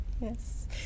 Yes